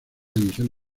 división